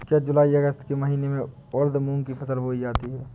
क्या जूलाई अगस्त के महीने में उर्द मूंग की फसल बोई जाती है?